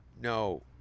No